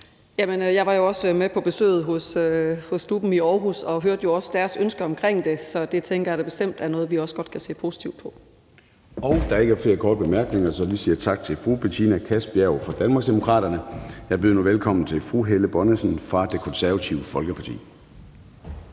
ved besøget hos DUP'en i Aarhus og hørte jo også deres ønsker omkring det. Så det tænker jeg da bestemt er noget, vi også godt kan se positivt på. Kl. 13:46 Formanden (Søren Gade): Der er ikke flere korte bemærkninger, så vi siger tak til fru Betina Kastbjerg fra Danmarksdemokraterne. Jeg byder nu velkommen til fru Helle Bonnesen fra Det Konservative Folkeparti.